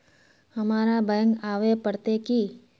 हमरा बैंक आवे पड़ते की?